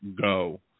Go